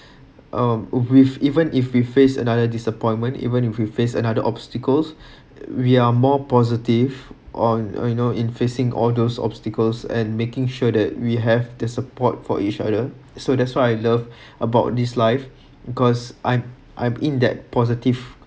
um with even if we faced another disappointment even if we faced another obstacles we are more positive on I know in facing all those obstacles and making sure that we have the support for each other so that's why I love about this life because I'm I'm in that positive